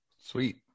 Sweet